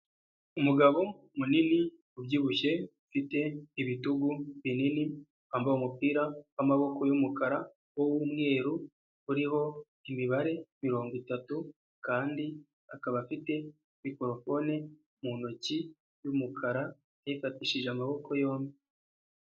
Umugabo munini ubyibushye ufite ibitugu binini, wambaye umupira w'amaboko y'umukara w'umweru uriho imibare mirongo itatu kandi akaba afite mikorofone mu ntoki y'umukara ayifatishije amaboko yombi.